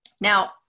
Now